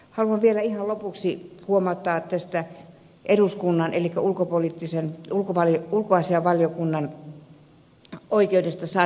haluan vielä ihan lopuksi huomauttaa eduskunnan elikkä ulkoasiainvaliokunnan oikeudesta saada tietoa